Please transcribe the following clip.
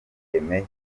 aimé